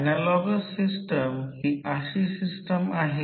त्यानंतर ध्रुवीयतेची चाचणी आहे